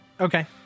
Okay